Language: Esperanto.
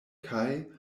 kaj